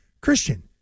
Christian